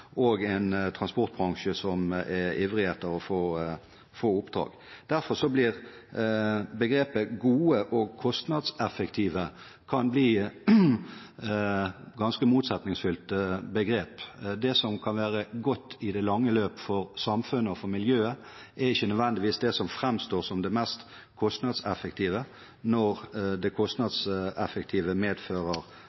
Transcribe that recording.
og en transportbransje som er ivrig etter å få oppdrag. Derfor kan begrepet «gode og kostnadseffektive løsninger» bli ganske motsetningsfylt. Det som kan være godt i det lange løp for samfunnet og for miljøet, er ikke nødvendigvis det som framstår som det mest kostnadseffektive, når det kostnadseffektive medfører